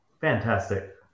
fantastic